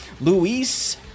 Luis